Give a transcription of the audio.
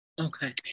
okay